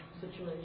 situation